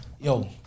Yo